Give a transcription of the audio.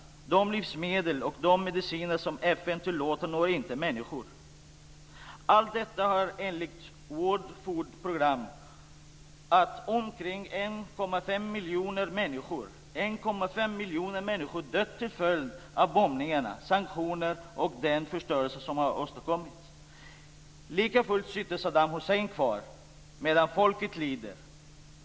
De livsmedel och de mediciner som FN tillåter når inte människor. miljoner människor dött till följd av bombningar, sanktioner och den förstörelse som har åstadkommits. Likafullt sitter Saddam Hussein kvar, medan folket lider.